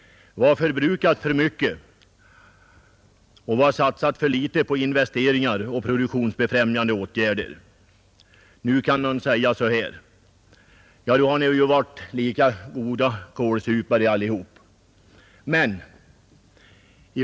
Vi har förbrukat för mycket och satsat för litet på investeringar och produktionsbefrämjande åtgärder. Det ligger då nära till hands att säga att vi allihop har varit lika goda kålsupare.